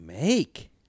make